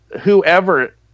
Whoever